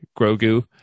grogu